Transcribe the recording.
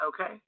Okay